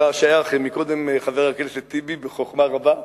אתה שייך, קודם חבר הכנסת טיבי, בחוכמה רבה,